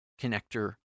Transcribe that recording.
connector